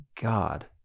God